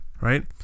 right